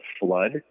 flood